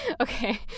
okay